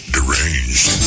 Deranged